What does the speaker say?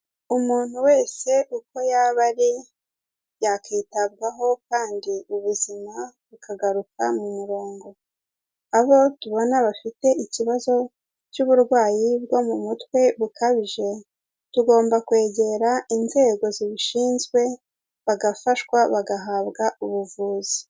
Umuntu wese uko yaba ari yakwitabwaho kandi ubuzima bukagaruka mu murongo. Abo tubona bafite ikibazo cy'uburwayi bwo mu mutwe bukabije, tugomba kwegera inzego zibishinzwe bagafashwa, bagahabwa ubuvuzi.